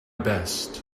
best